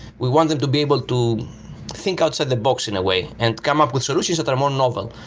we want them to be able to think outside the box in a way and come up with solutions that are more novel.